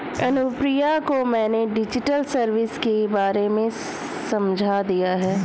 अनुप्रिया को मैंने digital service के बारे में समझा दिया है